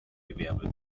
gewerbe